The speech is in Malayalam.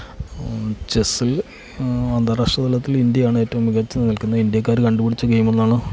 ചെസ്സിൽ അന്താരാഷ്ട്ര തലത്തിൽ ഇന്ത്യയാണ് ഏറ്റവും മികച്ച് നിൽക്കുന്നത് ഇന്ത്യക്കാർ കണ്ടുപിടിച്ച ഗെയിം എന്നാണ്